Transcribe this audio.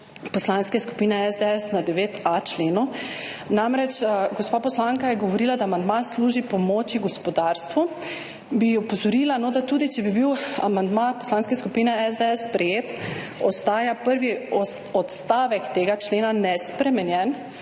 Poslanske skupine SDS na 9.a členov. Namreč, gospa poslanka je govorila, da amandma služi pomoči gospodarstvu. Bi opozorila, da tudi če bi bil amandma Poslanske skupine SDS sprejet, ostaja prvi odstavek tega člena nespremenjen.